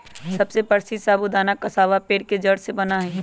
सबसे प्रसीद्ध साबूदाना कसावा पेड़ के जड़ से बना हई